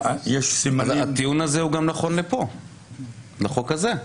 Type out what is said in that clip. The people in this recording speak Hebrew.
הטיעון הזה נכון גם לחוק הזה.